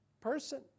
person